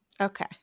Okay